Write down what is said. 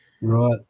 Right